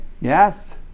Yes